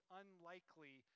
unlikely